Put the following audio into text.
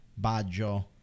Baggio